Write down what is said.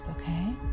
okay